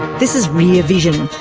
this is rear vision.